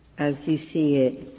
as you see it,